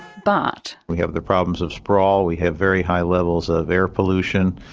but we have the problems of sprawl. we have very high levels of air pollution.